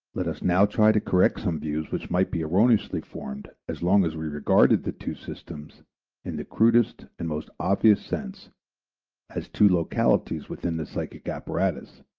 let us now try to correct some views which might be erroneously formed as long as we regarded the two systems in the crudest and most obvious sense as two localities within the psychic apparatus,